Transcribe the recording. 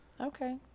Okay